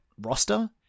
roster